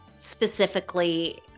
specifically